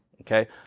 Okay